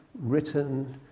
written